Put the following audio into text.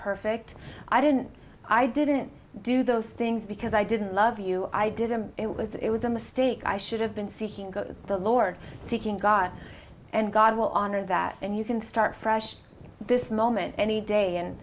perfect i didn't i didn't do those things because i didn't love you i did and it was it was a mistake i should have been seeking go to the lord seeking god and god will honor that and you can start fresh this moment any day and